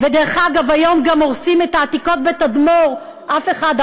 ודרך אגב היום גם הורסים את העתיקות בתדמור אף אחד,